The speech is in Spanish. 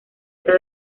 era